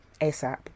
ASAP